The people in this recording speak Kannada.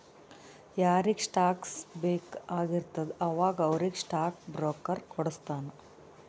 ಯಾರಿಗ್ ಸ್ಟಾಕ್ಸ್ ಬೇಕ್ ಆಗಿರ್ತುದ ಅವಾಗ ಅವ್ರಿಗ್ ಸ್ಟಾಕ್ ಬ್ರೋಕರ್ ಕೊಡುಸ್ತಾನ್